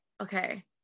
okay